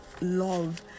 love